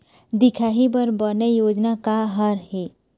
दिखाही बर बने योजना का हर हे?